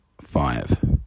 five